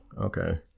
Okay